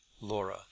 Laura